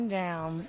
down